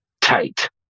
tight